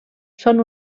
són